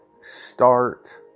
start